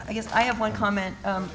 i guess i have one comment